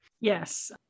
Yes